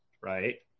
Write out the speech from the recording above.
right